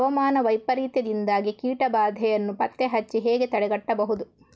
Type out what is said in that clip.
ಹವಾಮಾನ ವೈಪರೀತ್ಯದಿಂದಾಗಿ ಕೀಟ ಬಾಧೆಯನ್ನು ಪತ್ತೆ ಹಚ್ಚಿ ಹೇಗೆ ತಡೆಗಟ್ಟಬಹುದು?